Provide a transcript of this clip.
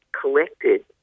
collected